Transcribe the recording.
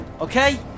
okay